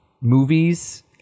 movies